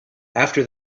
after